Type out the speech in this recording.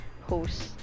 host